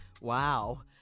Wow